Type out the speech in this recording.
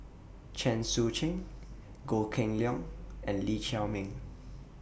Chen Sucheng Goh Kheng Long and Lee Chiaw Meng